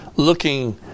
looking